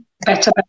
better